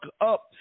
up